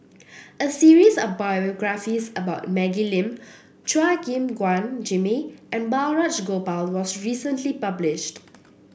a series of biographies about Maggie Lim Chua Gim Guan Jimmy and Balraj Gopal was recently published